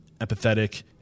empathetic